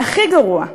והכי גרוע,